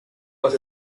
was